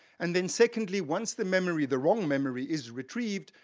and then, secondly, once the memory, the wrong memory, is retrieved,